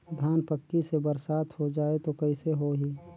धान पक्की से बरसात हो जाय तो कइसे हो ही?